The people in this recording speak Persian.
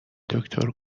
دکتر